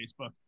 Facebook